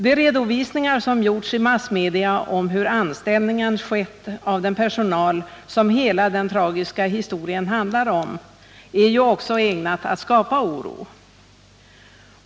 De redovisningar som har gjorts i massmedia om hur anställningen har skett av den person som hela den tragiska historien handlar om är också ägnade att skapa oro.